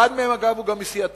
אחד מהם, אגב, הוא גם מסיעתי.